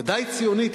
בוודאי ציונית,